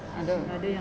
ada